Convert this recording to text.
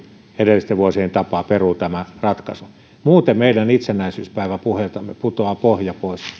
edellisten vuosien tapaan peruu tämän ratkaisun meidän itsenäisyyspäiväpuheiltamme putoaa pohja pois